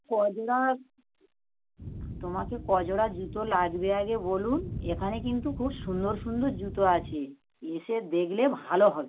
ক জোড়া তোমাকে ক জোড়া জুতো লাগবে আগে বলুন এখানে কিন্তু খুব সুন্দর সুন্দর জুতো আছে এসে দেখলে ভালো হবে